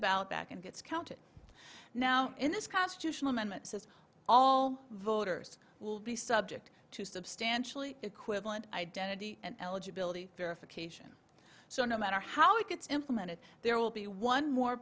about back and gets counted now in this constitutional amendment says all voters will be subject to substantially equivalent identity and eligibility verification so no matter how it gets implemented there will be one more